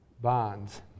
bonds